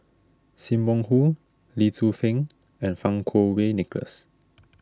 Sim Wong Hoo Lee Tzu Pheng and Fang Kuo Wei Nicholas